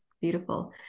Beautiful